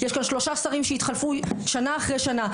יש כאן שלושה שרים שהתחלפו שנה אחרי שנה,